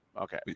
Okay